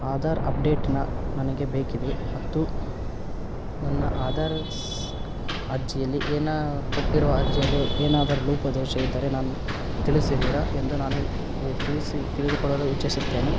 ಆಧಾರ್ ಅಪ್ಡೇಟನ್ನ ನನಗೆ ಬೇಕಿದೆ ಮತ್ತು ನನ್ನ ಆಧಾರ್ ಅರ್ಜಿಯಲ್ಲಿ ಏನು ಕೊಟ್ಟಿರುವ ಅರ್ಜಿಯಲ್ಲಿ ಏನಾದರು ಲೋಪ ದೋಷ ಇದ್ದರೆ ನಾನು ತಿಳಿಸಿವಿರ ಎಂದು ನಾನು ತಿಳಿಸಿ ತಿಳಿದುಕೊಳ್ಳಲು ಇಚ್ಛಿಸುತ್ತೇನೆ